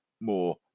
more